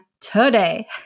today